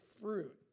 fruit